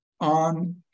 on